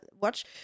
watch